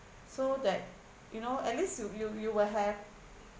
so that you know at least you you you will have